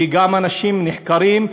כי גם אנשים נחקרים,